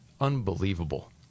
unbelievable